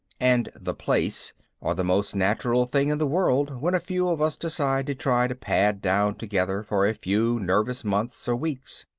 and the place are the most natural thing in the world when a few of us decide to try to pad down together for a few nervous months or weeks.